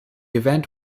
event